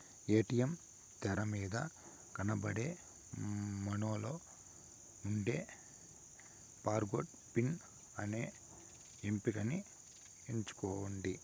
ATM తెరమీద కనబడే మెనూలో ఉండే ఫర్గొట్ పిన్ అనే ఎంపికని ఎంచుకోండి